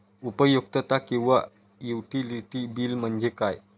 उपयुक्तता किंवा utility bill म्हणजे काय?